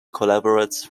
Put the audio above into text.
collaborates